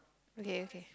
okay okay